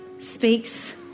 speaks